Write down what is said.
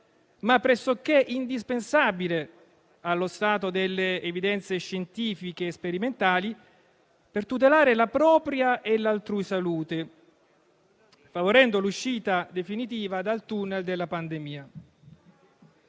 ma pressoché indispensabile, allo stato delle evidenze scientifiche sperimentali, per tutelare la propria e l'altrui salute, favorendo l'uscita definitiva dal *tunnel* della pandemia.